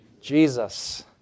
Jesus